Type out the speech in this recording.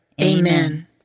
Amen